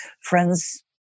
friends